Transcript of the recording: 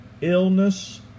illness